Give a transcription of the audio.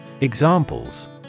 Examples